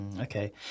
okay